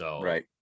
Right